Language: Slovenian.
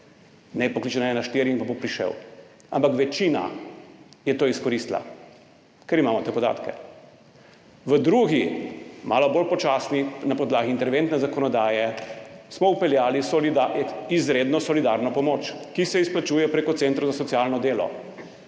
naj pokliče na 114 pa bo prišel. Ampak večina je to izkoristila, ker imamo te podatke. V drugi, malo bolj počasni, na podlagi interventne zakonodaje, smo vpeljali izredno solidarno pomoč, ki se izplačuje preko centrov za socialno delo.